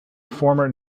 former